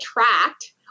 attract